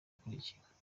akurikira